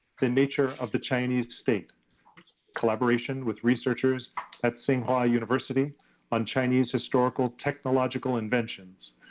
the nature of the chinese state collaboration with researchers at tsinghua university on chinese historical technological inventions.